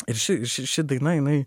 ir ši ši ši daina jinai